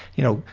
y'know,